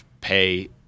pay